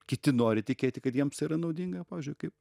kiti nori tikėti kad jiems tai yra naudinga pavyzdžiui kaip